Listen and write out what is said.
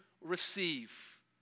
receive